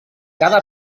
cada